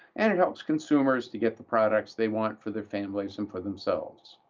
and it helps consumers to get the products they want for their families and for themselves.